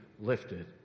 lifted